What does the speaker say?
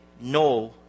no